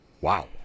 Wow